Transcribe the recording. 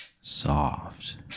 soft